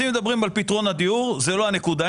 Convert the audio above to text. אם מדברים על פתרון הדיור, זאת לא הנקודה.